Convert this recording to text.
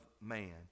man